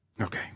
Okay